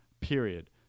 Period